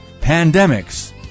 pandemics